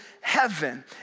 heaven